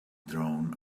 drawn